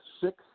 Six